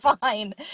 fine